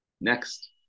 Next